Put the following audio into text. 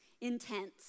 intense